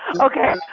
Okay